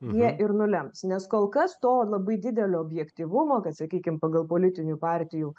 jie ir nulems nes kol kas to labai didelio objektyvumo kad sakykim pagal politinių partijų